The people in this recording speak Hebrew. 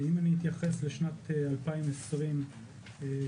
אם אני מתייחס לשנת 2020 כדוגמה,